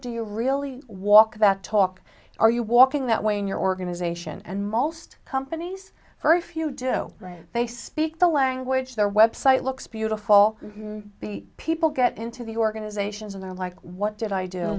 do you really walk that talk are you walking that way in your organization and most companies for if you do they speak the language their website looks beautiful be people get into the organizations and they're like what did i do